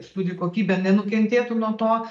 studijų kokybė nenukentėtų nuo to